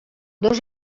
dos